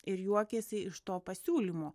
ir juokiasi iš to pasiūlymo